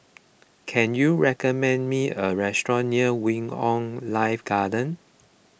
can you recommend me a restaurant near Wing on Life Garden